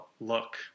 look